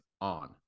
on